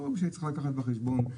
אני לא אומר שהיית צריכה לקחת בחשבון את